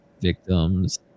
victims